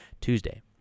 Tuesday